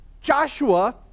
Joshua